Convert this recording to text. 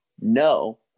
No